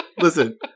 Listen